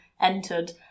entered